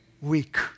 week